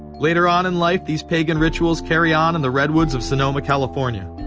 later on in life, these pagan rituals. carry on in the redwoods of sonoma, california.